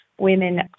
women